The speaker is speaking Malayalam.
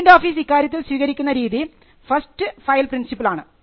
പേറ്റന്റ് ഓഫീസ് ഇക്കാര്യത്തിൽ സ്വീകരിക്കുന്ന രീതി ഫസ്റ്റ് ഫയൽ പ്രിൻസിപ്പലാണ്